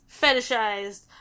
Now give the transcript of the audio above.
fetishized